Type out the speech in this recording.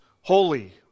holy